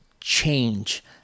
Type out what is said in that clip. change